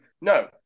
no